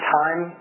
time